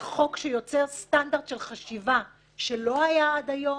אנחנו מדברים פה על חוק שיוצר סטנדרט של חשיבה שלא היה עד היום.